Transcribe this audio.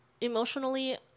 emotionally